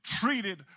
treated